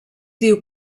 diu